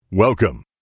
Welcome